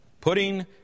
Putting